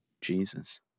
Jesus